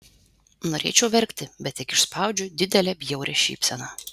norėčiau verkti bet tik išspaudžiu didelę bjaurią šypseną